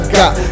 got